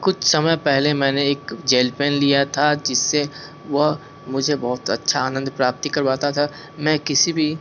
कुछ समय पहले मैंने एक जेल पेन लिया था जिससे वह मुझे बहुत अच्छा आनंद प्राप्ति करवाता था मैं किसी भी